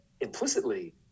Implicitly